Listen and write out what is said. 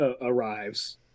arrives